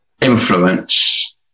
influence